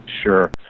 sure